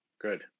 Good